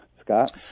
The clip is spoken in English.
Scott